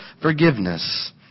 forgiveness